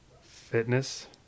fitness